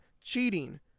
cheating